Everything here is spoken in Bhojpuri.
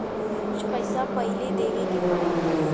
कुछ पैसा पहिले देवे के पड़ेला